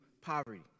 poverty